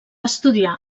estudiar